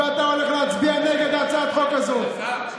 ואתה הולך להצביע נגד הצעת החוק הזו.